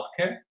healthcare